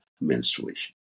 menstruation